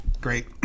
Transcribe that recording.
Great